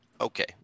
Okay